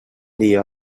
dia